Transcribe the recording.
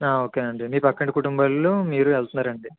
okay అండి మీ పక్కింటి కుటుంబాలు మీరూ వెళ్తున్నారండి